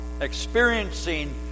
experiencing